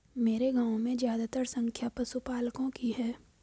मेरे गांव में ज्यादातर संख्या पशुपालकों की है